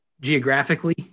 geographically